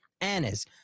Anna's